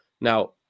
now